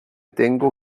tengo